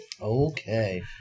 Okay